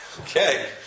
Okay